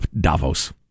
Davos